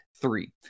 Three